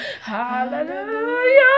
Hallelujah